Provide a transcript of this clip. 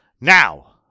Now